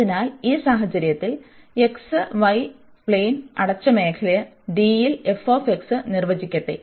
അതിനാൽ ഈ സാഹചര്യത്തിൽ പ്ളേൻ അടച്ച മേഖല D യിൽ നിർവചിക്കട്ടെ